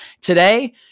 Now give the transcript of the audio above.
Today